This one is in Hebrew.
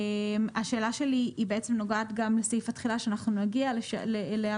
השאלה שלי היא בעצם נוגעת גם לסעיף התחילה שאנחנו נגיע אליו,